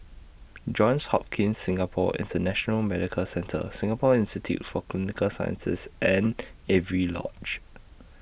Johns Hopkins Singapore International Medical Centre Singapore Institute For Clinical Sciences and Avery Lodge